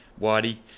Whitey